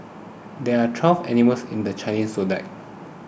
there are twelve animals in the Chinese zodiac